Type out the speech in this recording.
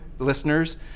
listeners